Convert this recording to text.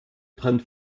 trend